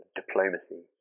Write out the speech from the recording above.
diplomacy